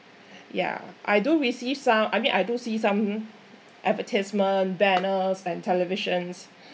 yeah I do receive some I mean I do see some advertisement banners and televisions